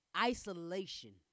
Isolation